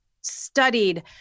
studied